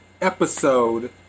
episode